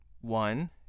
One